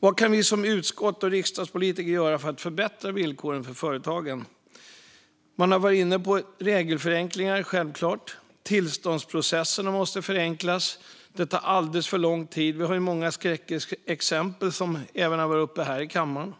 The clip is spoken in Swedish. Vad kan vi riksdagspolitiker i utskottet göra för att förbättra villkoren för företagen? Man har varit inne på regelförenklingar. Tillståndsprocesserna måste förenklas. De tar alldeles för lång tid, och det finns många skräckexempel som har tagits upp här i kammaren.